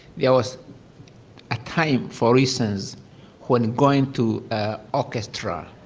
there was a time for reasons when going to orchestra,